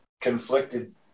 conflicted